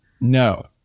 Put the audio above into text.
No